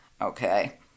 Okay